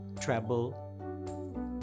treble